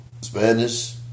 Spanish